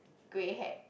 grey hair